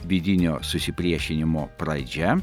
vidinio susipriešinimo pradžia